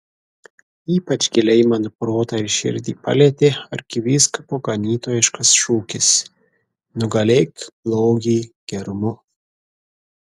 ypač giliai mano protą ir širdį palietė arkivyskupo ganytojiškas šūkis nugalėk blogį gerumu